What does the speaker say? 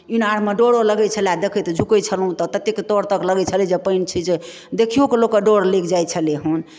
ईनारमे डरो लगैत छला देखैत झुकैत छलहुँ तऽ ततेक तर तक लगैत छलै जे पानि छै जे देखियो कऽ लोक कऽ डर लागि जाइ त छलै हन